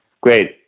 Great